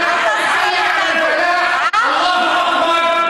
אללהו אכבר,